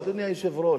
אדוני היושב-ראש,